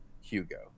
Hugo